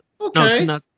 okay